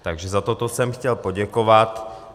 Takže za toto jsem chtěl poděkovat.